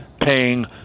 paying